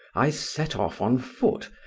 i set off on foot,